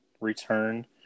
return